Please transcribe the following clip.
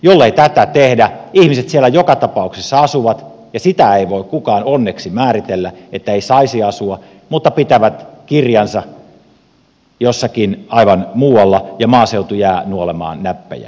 jollei tätä tehdä ihmiset siellä joka tapauksessa asuvat ja sitä ei voi kukaan onneksi määritellä että ei saisi asua mutta pitävät kirjansa jossakin aivan muualla ja maaseutu jää nuolemaan näppejään